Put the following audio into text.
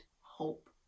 hope